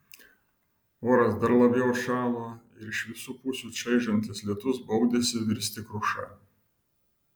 oras dar labiau atšalo ir iš visų pusių čaižantis lietus baudėsi virsti kruša